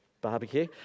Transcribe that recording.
barbecue